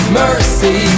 mercy